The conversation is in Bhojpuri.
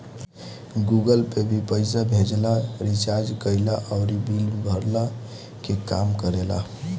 गूगल पे भी पईसा भेजला, रिचार्ज कईला अउरी बिल भरला के काम करेला